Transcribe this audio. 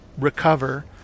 recover